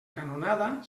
canonada